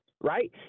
right